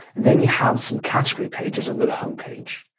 then you have some category pages under the home page.